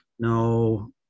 No